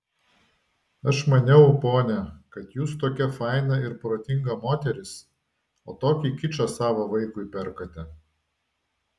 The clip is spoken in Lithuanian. aš maniau ponia kad jūs tokia faina ir protinga moteris o tokį kičą savo vaikui perkate